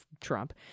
Trump